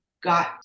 got